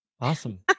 Awesome